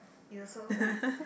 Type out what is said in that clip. you also